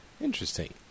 interesting